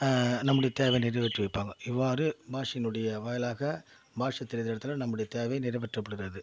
நம்முடைய தேவை நிறைவேற்றி வைப்பாங்கள் இவ்வாறு பாஷைங்களோடைய வாயிலாக பாஷை தெரியாத இடத்துல நம்முடைய தேவை நிறைவேற்றப்படுகிறது